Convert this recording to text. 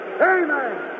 Amen